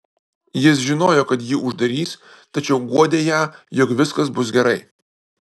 jis žinojo kad jį uždarys tačiau guodė ją jog viskas bus gerai